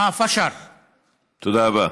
הדברים שהוא אומר חסרי שחר ולא יתממשו.) תודה רבה.